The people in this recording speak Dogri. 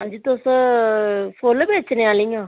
अंजी तुस फुल्ल बेचने आह्लियां